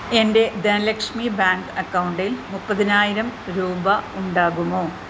എൻ്റെ ധനലക്ഷ്മി ബാങ്ക് അക്കൗണ്ടിൽ മുപ്പതിനായിരം രൂപ ഉണ്ടാകുമോ